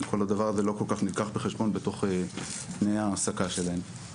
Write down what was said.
כל הדבר הזה לא כל כך נלקח בחשבון בתוך תנאי העסקה שלהם.